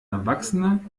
erwachsene